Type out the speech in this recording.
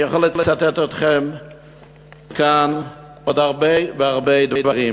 אני יכול לצטט כאן עוד הרבה והרבה דברים,